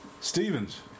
Stevens